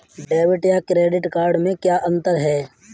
Debit या credit card में क्या अन्तर है?